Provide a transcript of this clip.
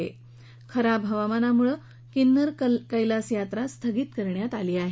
दरम्यान खराब हवामानामुळे किन्नर कैलास यात्रा स्थगित करण्यात आली आहे